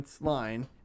line